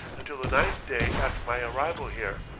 until the ninth day after my arrival here.